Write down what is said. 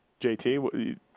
JT